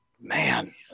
Man